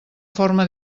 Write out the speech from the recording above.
forma